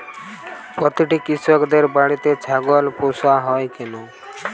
প্রতিটি কৃষকদের বাড়িতে ছাগল পোষা হয় কেন?